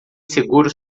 seguro